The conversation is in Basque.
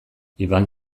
iban